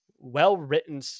well-written